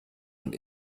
und